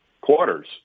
quarters